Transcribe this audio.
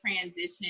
transition